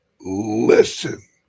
listen